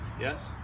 Yes